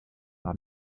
par